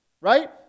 right